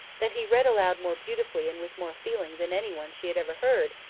that he read aloud more beautifully and with more feeling than any one she had ever heard,